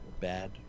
bad